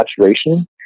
saturation